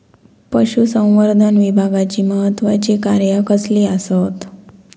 पशुसंवर्धन विभागाची महत्त्वाची कार्या कसली आसत?